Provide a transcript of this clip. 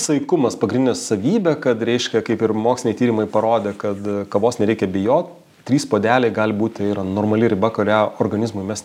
saikumas pagrindinė savybė kad reiškia kaip ir moksliniai tyrimai parodė kad kavos nereikia bijo trys puodeliai gali būti ir normali riba kurią organizmui mes